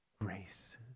Grace